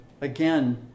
again